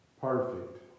perfect